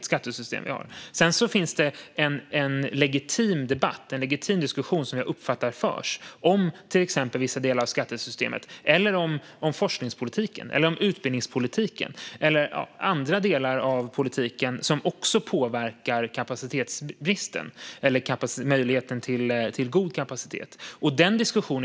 Sedan finns det en legitim diskussion, som jag uppfattar förs, om till exempel vissa delar av skattesystemet, om forskningspolitiken, om utbildningspolitiken eller om andra delar av politiken som också påverkar möjligheten till god kapacitet.